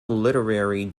literary